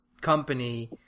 company